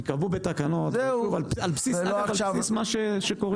ייקבעו בתקנות, אגב על בסיס מה שקורה גם היום.